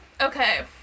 Okay